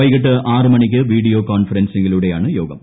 വൈകിട്ട് ആറ് മണിക്ക് വീഡിയോ കോൺഫറൻസിലൂടെയാണ് യോഗം